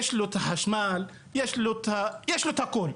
יש לו חשמל, יש לו הכול.